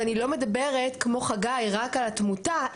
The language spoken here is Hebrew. ואני לא מדברת כמו חגי רק על התמותה,